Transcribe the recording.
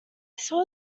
saw